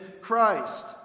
Christ